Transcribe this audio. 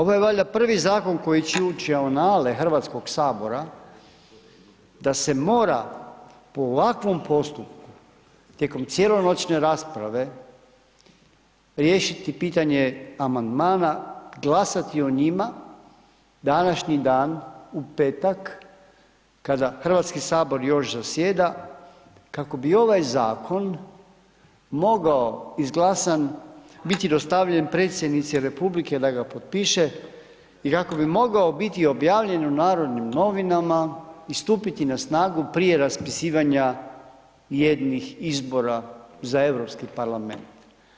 Ovo je valja prvi zakon koji će ući u anale Hrvatskog sabora da se mora po ovakvom postupku tijekom cijelonoćne rasprave riješiti pitanje amandmana, glasati o njima, današnji dan u petak kada Hrvatski sabor još zasjeda kao bi ovaj zakon mogao izglasan biti dostavljen predsjednici Republike da ga potpiše i kako bi mogao biti objavljen u Narodnim novinama i stupiti na snagu prije raspisivanja jednih izbora za Europski parlament.